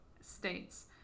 states